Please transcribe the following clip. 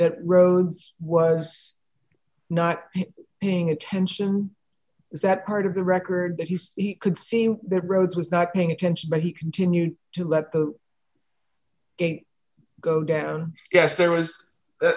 that rhodes was not paying attention is that part of the record that he could see that rhodes was not paying attention but he continued to let them go down yes there was